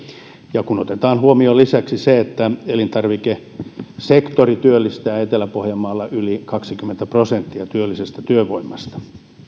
ja kun otetaan huomioon lisäksi se että elintarvikesektori työllistää etelä pohjanmaalla yli kaksikymmentä prosenttia työllisestä työvoimasta